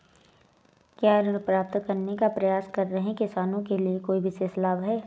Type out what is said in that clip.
क्या ऋण प्राप्त करने का प्रयास कर रहे किसानों के लिए कोई विशेष लाभ हैं?